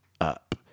up